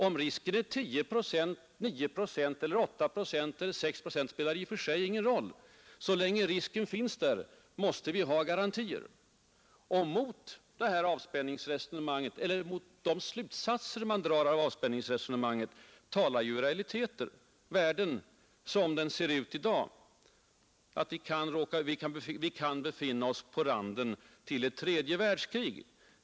Om risken är 10 procent eller 9 procent eller 8 procent spelar i och för sig ingen roll. Så länge risken finns där måste vi ha garantier. Mot de slutsatser regeringen drar av avspänningsresonemanget talar realiteter: världen är sådan i dag, att vi kan befinna oss ”på randen till ett tredje världskrig”.